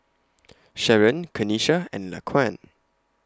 Sharron Kanesha and Laquan